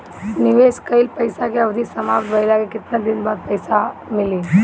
निवेश कइल पइसा के अवधि समाप्त भइले के केतना दिन बाद पइसा मिली?